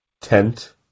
tent